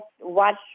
watch